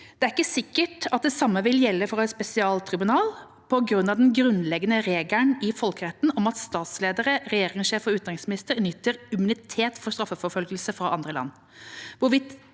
Det er ikke sikkert at det samme ville gjelde for et spesialtribunal på grunn av den grunnleggende regelen i folkeretten om at statsledere, regjeringssjefer og utenriksministre nyter immunitet for straffeforfølgelse fra andre land.